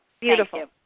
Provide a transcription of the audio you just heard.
Beautiful